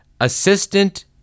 assistant